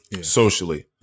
socially